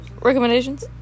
Recommendations